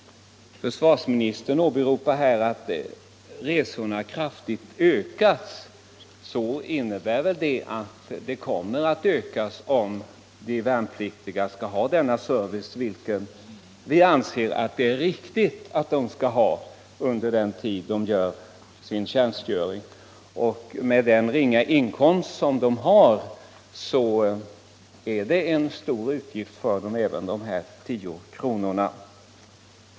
Försvarsministern åberopar att resornas omfattning har ökat kraftigt. Det tyder på att de kommer att öka ytterligare om de värnpliktiga får denna förmån, som vi anser att det är riktigt att de skall ha under den tid de gör sin tjänstgöring. Med den ringa inkomst de har är även de tio kronorna en stor utgift för dem.